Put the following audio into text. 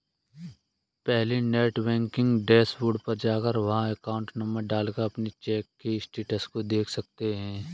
पहले net banking dashboard पर जाकर वहाँ अकाउंट नंबर डाल कर अपने चेक के स्टेटस को देख सकते है